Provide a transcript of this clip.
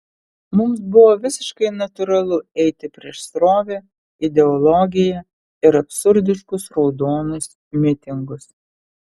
mums buvo visiškai natūralu eiti prieš srovę ideologiją ir absurdiškus raudonus mitingus